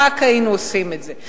רק היינו עושים את זה.